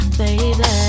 baby